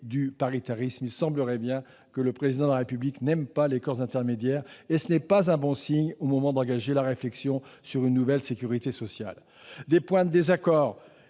du paritarisme. Il semble bien que le Président de la République n'aime pas les corps intermédiaires, ce qui n'est pas un bon signe au moment d'engager la réflexion sur une nouvelle sécurité sociale. D'autres points de désaccord